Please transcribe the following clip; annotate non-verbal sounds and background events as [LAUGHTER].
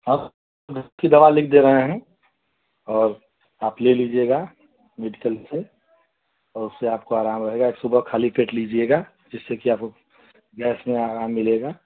और [UNINTELLIGIBLE] दवा लिख दे रहे हैं और आप ले लीजिएगा मेडिकल से और उससे आपको आराम रहेगा एक सुबह ख़ाली पेट लीजिएगा जिससे कि आपको गैस में आराम मिलेगा